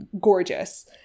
gorgeous